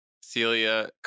Celia